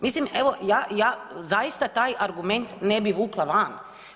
Mislim evo, ja, ja, zaista taj argument ne bi vukla van.